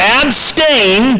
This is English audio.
abstain